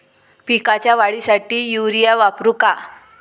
पिकाच्या वाढीसाठी युरिया वापरू का?